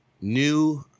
new